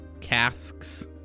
casks